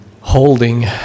holding